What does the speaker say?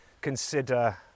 consider